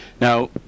Now